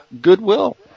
Goodwill